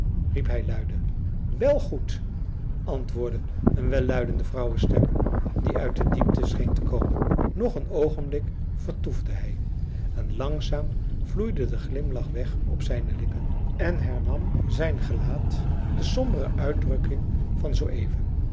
riep hij luide wêl goed antwoordde een welluidende vrouwestem die uit de diepte scheen te komen nog een oogenblik vertoefde hij en langzaam vloeide de glimlach weg op zijne lippen en hernam zijn gelaat de sombere uitdrukking van zoo even